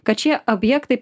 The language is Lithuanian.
kad šie objektai